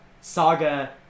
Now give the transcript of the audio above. Saga